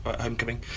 Homecoming